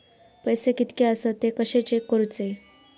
पैसे कीतके आसत ते कशे चेक करूचे?